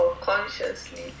consciously